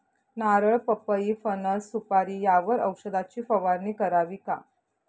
नारळ, पपई, फणस, सुपारी यावर औषधाची फवारणी करावी का?